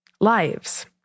Lives